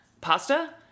Pasta